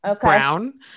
brown